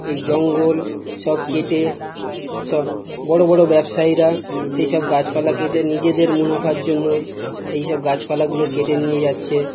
এই জঙ্গল সব কেটে সব বড় বড় ব্যাবসায়ীরা সেই সব গাছপালা কেটে নিজেদের মুনাফার জন্য এই সব গাছপালাগুলো কেটে নিয়ে যাচ্ছে